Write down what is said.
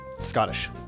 Scottish